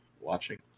watching